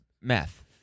meth